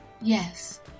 Yes